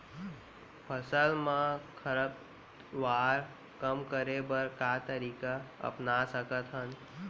फसल मा खरपतवार कम करे बर का तरीका अपना सकत हन?